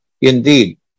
indeed